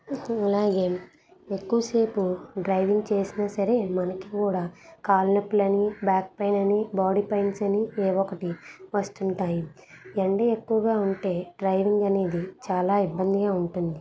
అలాగే ఎక్కువసేపు డ్రైవింగ్ చేసినా సరే మనకి కూడా కాళ్ళ నొప్పులని బ్యాక్ పెయిన్ బాడీ పెయిన్స్ అని ఏవో ఒకటి వస్తుంటాయి ఎండ ఎక్కువగా ఉంటే డ్రైవింగ్ అనేది చాలా ఇబ్బందిగా ఉంటుంది